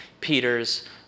Peter's